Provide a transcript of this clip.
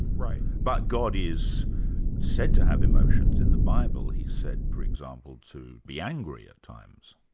right. but god is said to have emotions in the bible. he's said for example to be angry at times.